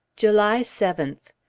july seventh.